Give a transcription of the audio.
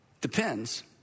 depends